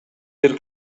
бир